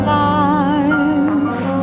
life